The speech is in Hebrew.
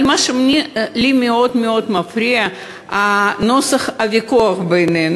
אבל מה שלי מאוד מאוד מפריע, נוסח הוויכוח בינינו.